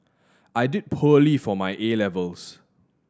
I did poorly for my A levels